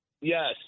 Yes